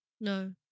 No